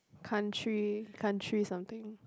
country country something